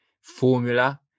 formula